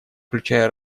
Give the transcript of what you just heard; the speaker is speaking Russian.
включая